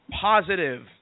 positive